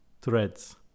threads